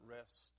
rest